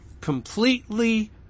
completely